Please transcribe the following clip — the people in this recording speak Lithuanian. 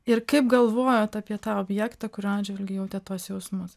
ir kaip galvojot apie tą objektą kurio atžvilgiu jautėt tuos jausmus